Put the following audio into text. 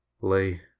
lay